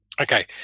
Okay